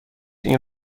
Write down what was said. این